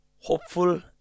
hopeful